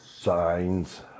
Signs